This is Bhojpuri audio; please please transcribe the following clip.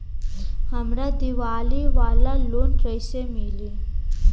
हमरा दीवाली वाला लोन कईसे मिली?